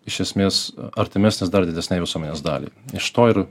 iš esmės artimesnis dar didesnei visuomenės daliai iš to ir